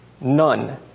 none